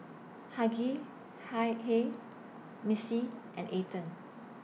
Hughey Hi Hey Missie and Ethen